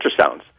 ultrasounds